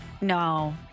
No